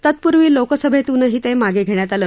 तत्पूर्वी लोकसभेतूनही ते मागे घेण्यात आलं